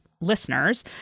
listeners